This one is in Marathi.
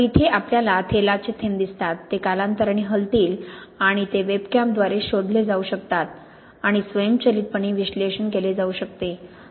तर इथे आपल्याला तेलाचे थेंब दिसतात ते कालांतराने हलतील आणि ते वेबकॅमद्वारे शोधले जाऊ शकतात आणि स्वयंचलितपणे विश्लेषण केले जाऊ शकतात